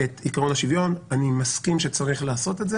את עקרון השוויון, אני מסכים שצריך לעשות את זה